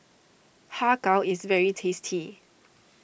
Har Kow is very tasty